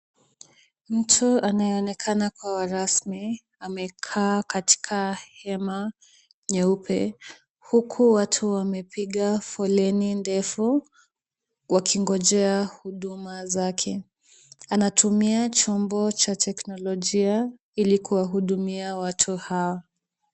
Mtu anayeonekana kuwa wa rasmi amekaa katika hema nyeupe, huku watu wamepiga foleni ndefu, wakingojea huduma zake. Anatumia chombo cha teknolojia, ili kuwahudumia watu hawa.